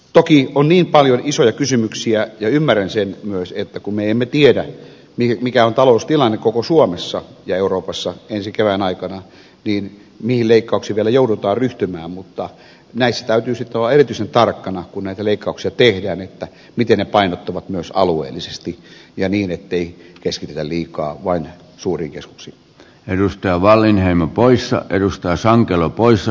toki on niin paljon isoja kysymyksiä ja ymmärrän sen myös että kun me emme tiedä mikä on taloustilanne koko suomessa ja euroopassa ensi kevään aikana mihin leikkauksiin vielä joudutaan ryhtymään mutta näissä täytyy sitten olla erityisen tarkkana kun näitä leikkauksia tehdään miten ne painottuvat myös alueellisesti ja niin ettei keskitytä liikaa vain suuriin keskuksiin